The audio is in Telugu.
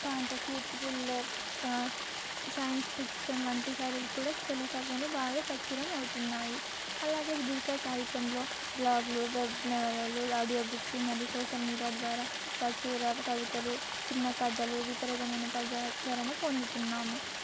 ఫాంటసీ థ్రిల్లర్ సైన్స్ ఫిక్షన్ వంటి శైలులు కూడా తెలుగు సాహిత్యంలో బాగా ప్రాచుర్యం అవుతున్నాయి అలాగే డిజిటల్ సాహిత్యంలో బ్లాగ్లు వెబ్లు ఆడియో బుక్స్ మరియు సోషల్ మీడియా ద్వారా ప్రచుర కవితలు చిన్న కథలు విపరీతమైన ప్రజాధరణ పొందుతున్నాము